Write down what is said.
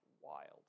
wild